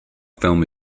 film